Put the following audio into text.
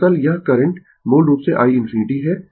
दरअसल यह करंट मूल रूप से i ∞ है